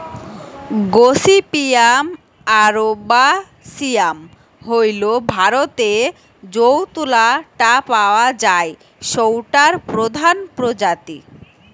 gossypium arboreum হইল ভারতরে যৌ তুলা টা পাওয়া যায় সৌটার প্রধান প্রজাতি